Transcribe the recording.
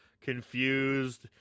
confused